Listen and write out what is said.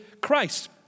Christ